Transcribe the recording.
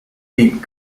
deep